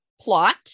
plot